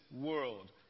world